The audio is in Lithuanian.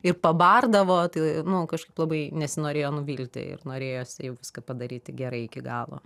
ir pabardavo tai kažkaip labai nesinorėjo nuvilti ir norėjosi viską padaryti gerai iki galo